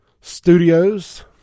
Studios